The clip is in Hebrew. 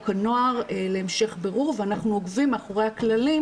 הנוער להמשך בירור ואנחנו עוקבים מאחורי הכללים,